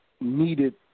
needed